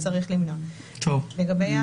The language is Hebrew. אני חושב שמה